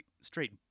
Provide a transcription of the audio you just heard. straight